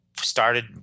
started